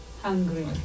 hungry